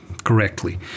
correctly